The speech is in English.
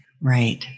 right